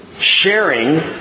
Sharing